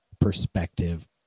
perspective